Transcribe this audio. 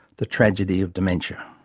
the tragedy of dementia.